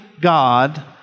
God